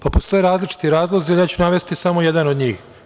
Postoje različiti razlozi, ja ću navesti samo jedan od njih.